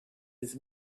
his